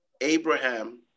abraham